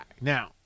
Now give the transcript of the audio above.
Now